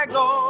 go